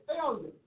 failure